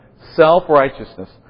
Self-righteousness